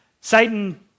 Satan